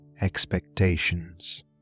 expectations